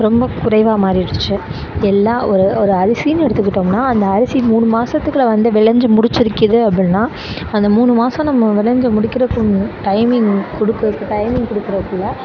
ரொம்ப குறைவாக மாறிடுச்சி எல்லா ஒரு ஒரு அரிசின்னு எடுத்துக்கிட்டோம்னால் அந்த அரிசி மூணு மாதத்துக்குள்ள வந்து விளைஞ்சு முடிச்சுருக்குது அப்படினா அந்த மூணு மாதம் நம்ம விளைஞ்சு முடிக்கிறதுக்கு டைமிங் கொடுக்குறதுக்கு டைமிங் கொடுக்குறதுக்குள்ள